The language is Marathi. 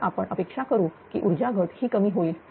तर आपण अपेक्षा करू की ऊर्जा घट ही कमी होईल